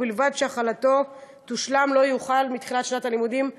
ובלבד שהחלתו תושלם לא יאוחר מתחילת שנת הלימודים התשע"ח.